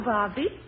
Bobby